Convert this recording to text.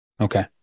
Okay